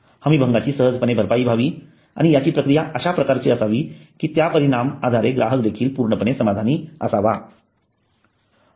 हमी भंगाची सहजपणे भरपाई व्हावी आणि याची प्रक्रिया अश्याप्रकारची असावी कि त्या परिणाम आधारे ग्राहक देखील पूर्णपणे समाधानी असावे